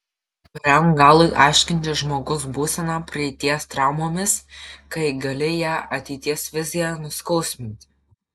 kuriam galui aiškinti žmogaus būseną praeities traumomis kai gali ją ateities vizija nuskausminti